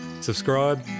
Subscribe